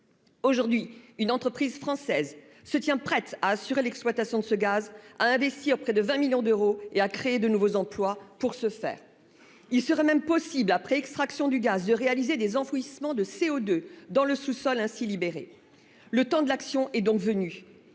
Aujourd'hui une entreprise française se tient prête à assurer l'exploitation de ce gaz à investir près de 20 millions d'euros et à créer de nouveaux emplois. Pour ce faire, il serait même possible après extraction du gaz de réaliser des enfouissements de CO2 dans le sous- sol ainsi libéré le temps de l'action est donc venu.